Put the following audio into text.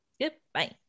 goodbye